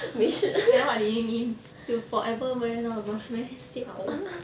then what do you mean you forever wear all the mask meh siao